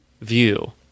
view